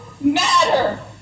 matter